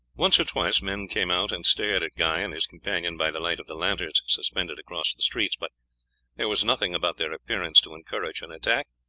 once or twice men came out and stared at guy and his companion by the light of the lanterns suspended across the streets, but there was nothing about their appearance to encourage an attack,